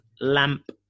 Lamp